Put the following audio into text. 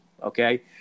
Okay